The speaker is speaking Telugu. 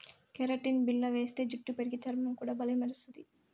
కెరటిన్ బిల్ల వేస్తే జుట్టు పెరిగి, చర్మం కూడా బల్లే మెరస్తది